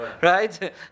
right